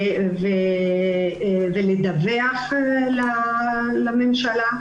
ולדווח לממשלה,